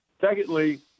Secondly